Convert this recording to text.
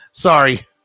Sorry